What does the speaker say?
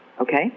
okay